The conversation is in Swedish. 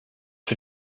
för